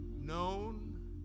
known